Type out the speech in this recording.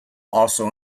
also